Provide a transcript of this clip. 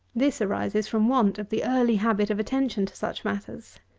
this arises from want of the early habit of attention to such matters.